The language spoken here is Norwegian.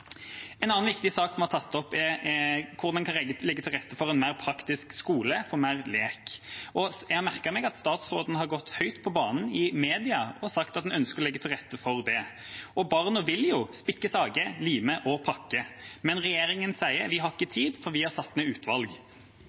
En annen viktig sak vi har tatt opp, er hvordan vi kan legge til rette for en mer praktisk skole, med mer lek. Jeg har merket meg at statsråden har gått høyt på banen i media og sagt at en ønsker å legge til rette for det. Barna vil jo spikke, sage, lime og pakke, men regjeringa sier: Vi ha`kke tid, for vi har satt ned utvalg.